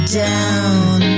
down